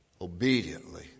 obediently